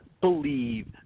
believe